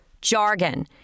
JARGON